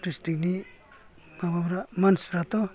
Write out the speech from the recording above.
दिसथ्रिकनि माबाफ्रा मानसिफ्राथ'